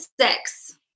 six